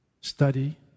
study